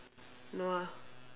no ah